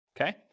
okay